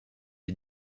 est